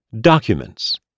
documents